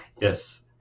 Yes